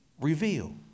reveal